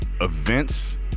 events